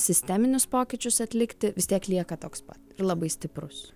sisteminius pokyčius atlikti vis tiek lieka toks pat labai stiprus